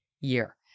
year